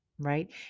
right